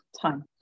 time